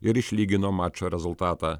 ir išlygino mačo rezultatą